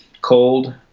cold